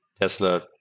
Tesla